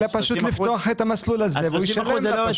הוא יגיד לה פשוט לפתוח את המסלול הזה והוא ישלם לה.